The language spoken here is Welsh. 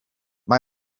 mae